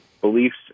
beliefs